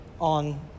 on